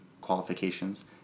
qualifications